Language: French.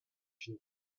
une